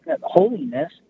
holiness